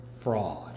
fraud